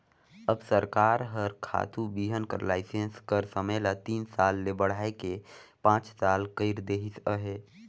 अब सरकार हर खातू बीहन कर लाइसेंस कर समे ल तीन साल ले बढ़ाए के पाँच साल कइर देहिस अहे